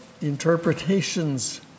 interpretations